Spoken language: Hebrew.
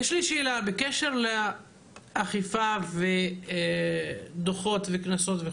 יש לי שאלה בקשר לאכיפה, דו"חות וקנסות.